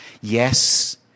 Yes